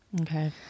Okay